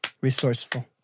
Resourceful